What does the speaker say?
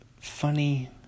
funny